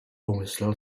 pomyslel